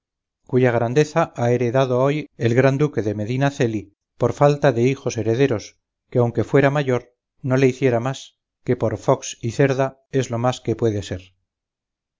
cuya grandeza ha heredado hoy el gran duque de medina celi por falta de hijos herederos que aunque fuera mayor no le hiciera más que por fox y cerda es lo más que puede ser